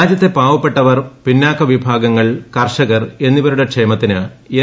രാജ്യത്തെ പാവപ്പെട്ടവർ പിന്നാക്കവിഭാഗങ്ങൾ കർഷകർ എന്നിവരുടെ ക്ഷേമത്തിന് എൻ